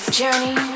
journey